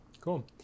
cool